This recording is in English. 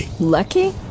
Lucky